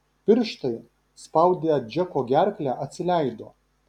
pirštai spaudę džeko gerklę atsileido